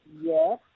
yes